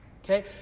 Okay